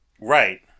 Right